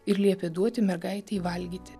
ir liepė duoti mergaitei valgyti